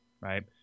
right